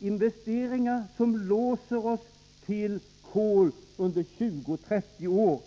investeringar som under 20-30 år binder oss vid kol.